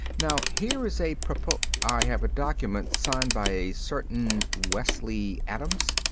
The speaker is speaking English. now here is a propos i have a document signed by a certain wesley adams.